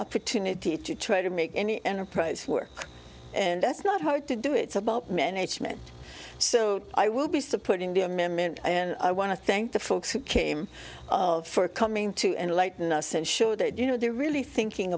opportunity to try to make any enterprise work and that's not hard to do it's about management so i will be supporting the amendment and i want to thank the folks who came of for coming to enlighten us and show that you know they're really thinking